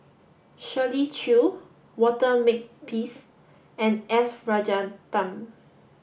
Shirley Chew Walter Makepeace and S Rajaratnam